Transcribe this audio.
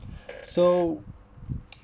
so